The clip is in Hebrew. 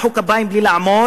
הם מחאו כפיים בלי לעמוד,